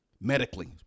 medically